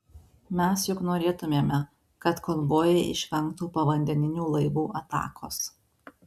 mes juk norėtumėme kad konvojai išvengtų povandeninių laivų atakos